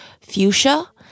fuchsia